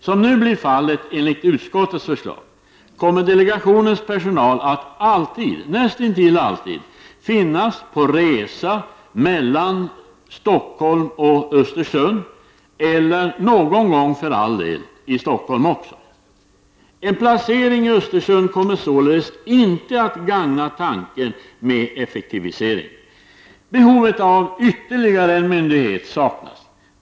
Som nu blir fallet enligt utskottets förslag kommer delegationens personal att näst intill alltid finnas på resa mellan Östersund och Stockholm, för all del någon gång också i Stockholm. En placering i Östersund kommer således inte att gagna tanken på effektivisering. Behovet av ytterligare en myndighet saknas.